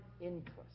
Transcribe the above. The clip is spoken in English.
interest